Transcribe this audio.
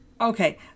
Okay